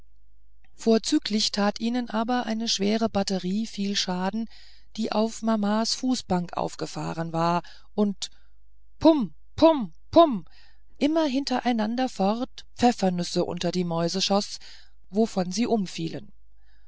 vorzüglich tat ihnen aber eine schwere batterie viel schaden die auf mamas fußbank aufgefahren war und pum pum pum immer hintereinander fort pfeffernüsse unter die mäuse schoß wovon sie umfielen